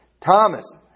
Thomas